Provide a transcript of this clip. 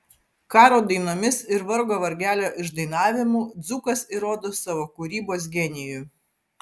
karo dainomis ir vargo vargelio išdainavimu dzūkas įrodo savo kūrybos genijų